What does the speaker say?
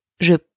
Je